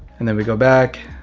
and then we go back.